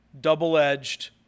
double-edged